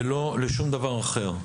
ולא לשום דבר אחר.